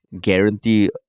guarantee